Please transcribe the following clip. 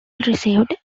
received